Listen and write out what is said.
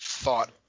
thought